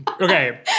Okay